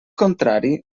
contrari